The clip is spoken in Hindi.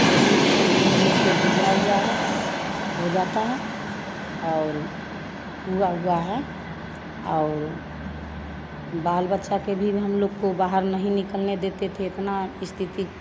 एहन स्थिति हम लोग को गुजरा हुआ है हो जाता है और हुआ हुआ है और बाल बच्चा के भी हम लोग को बाहर नहीं निकलने देते थे इतना स्थिति